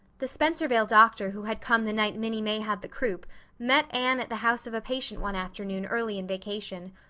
the spencervale doctor who had come the night minnie may had the croup met anne at the house of a patient one afternoon early in vacation,